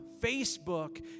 Facebook